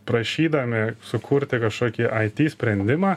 prašydami sukurti kažkokį aity sprendimą